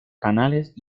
canales